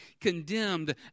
condemned